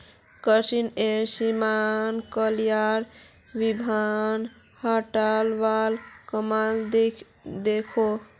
कृषि एवं किसान कल्याण विभाग हॉर्टिकल्चर वाल काम दखोह